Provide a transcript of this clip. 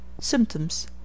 Symptoms